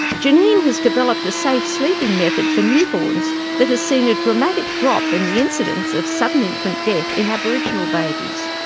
jeanine has developed a safe sleeping method for newborns that has seen a dramatic drop in the incidence of sudden infant death in aboriginal babies.